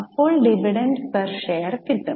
അപ്പോൾ dividend per share കിട്ടും